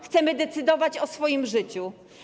Chcemy decydować o swoim życiu.